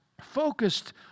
focused